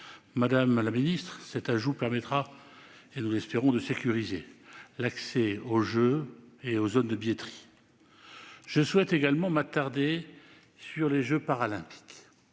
Madame la ministre, cet ajout permettra- nous l'espérons -de sécuriser l'accès aux Jeux et aux zones de billetterie. Je souhaite également m'attarder sur les jeux Paralympiques.